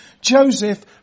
Joseph